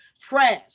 trash